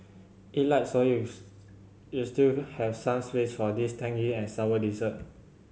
eat light so you you still have some space for this tangy and sour dessert